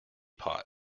pot